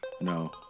No